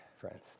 friends